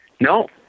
No